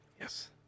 Yes